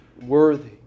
worthy